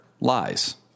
lies